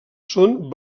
són